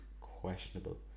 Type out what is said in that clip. questionable